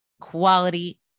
quality